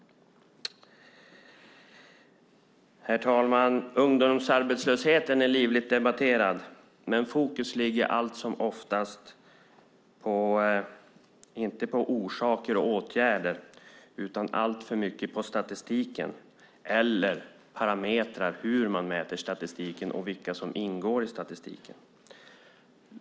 Herr talman! Ungdomsarbetslösheten är livligt debatterad, men fokus ligger allt som oftast inte på orsaker och åtgärder utan på statistiken eller parametrar för hur man mäter statistiken och vilka som ingår i statistiken.